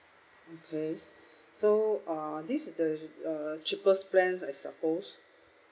okay so uh this is the uh cheapest plan I suppose